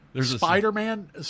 Spider-Man